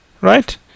right